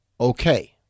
okay